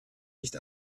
nicht